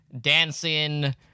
dancing